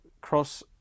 cross